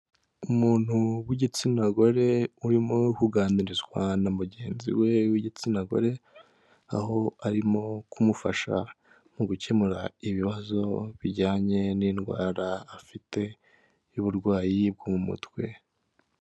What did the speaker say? Umuntu w'igitsina gore urimo kuganirizwa na mugenzi we w'igitsina gore, aho arimo kumufasha mu gukemura ibibazo bijyanye n'indwara afite y'uburwayi bwo mu mutwe.